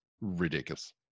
ridiculous